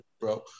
bro